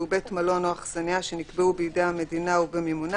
בית מלון או אכסניה שנקבעו בידי המדינה ובמימונה.